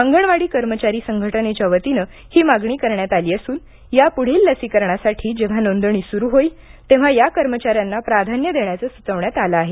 अंगणवाडी कर्मचारी संघटनेच्या वतीनं ही मागणी करण्यात आली असून याप्रढील लसीकरणासाठी जेव्हा नोंदणी सुरु होईल तेव्हा या कर्मचाऱ्यांना प्राधान्य देण्याचं सुचवण्यात आलं आहे